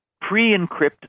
pre-encrypt